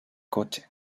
coche